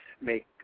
make